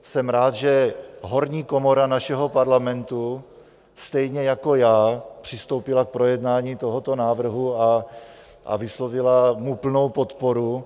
Jsem rád, že horní komora našeho Parlamentu stejně jako já přistoupila k projednání tohoto návrhu a vyslovila mu plnou podporu.